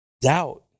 doubt